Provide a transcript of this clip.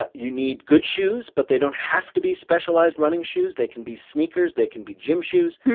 but you need good shoes, but they don't have to be specialized running shoes. they can be sneakers. they can be gym shoes.